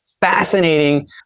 fascinating